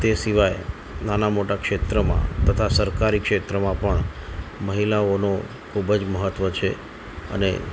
તે સિવાય નાના મોટા ક્ષેત્રમાં તથા સરકારી ક્ષેત્રમાં પણ મહિલાઓનું ખૂબ જ મહત્ત્વ છે અને